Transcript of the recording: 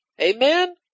Amen